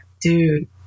dude